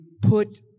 put